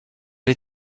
les